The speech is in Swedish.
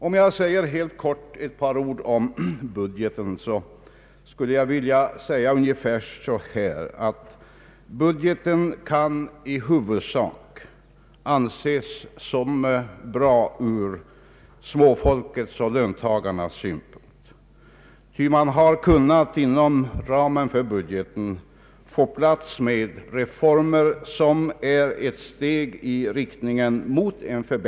Om jag helt kort skall säga något rörande budgeten, vill jag framhålla att budgeten i huvudsak kan anses som bra ur småfolkets och löntagarnas synpunkt, ty man har kunnat inom budgetens ram få plats med reformer som utgör ett steg i riktning mot jämlikhet.